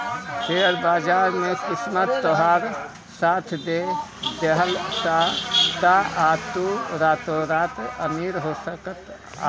share बाजार में किस्मत तोहार साथ दे देहलस तअ तू रातो रात अमीर हो सकत हवअ